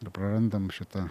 ir prarandam šitą